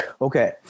Okay